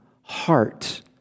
heart